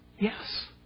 Yes